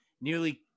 nearly